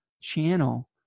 channel